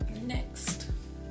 Next